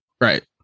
right